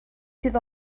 sydd